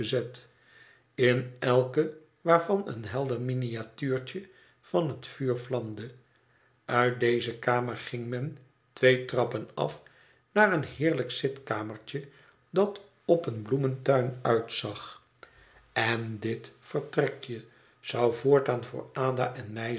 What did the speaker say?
in elk waarvan een helder miniatuurtje van het vuur vlamde uit deze kamer ging men twee trappen af naar een heerlijk zitkamertje dat op een bloemtuin uitzag en dit vertrekje zou voortaan voor ada en